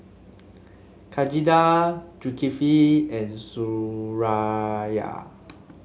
Zulkifli and Suraya